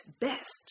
best